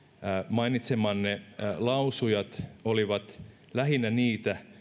mainitsemanne lausujat olivat lähinnä niitä